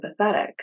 empathetic